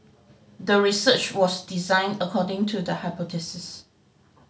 the research was designed according to the hypothesis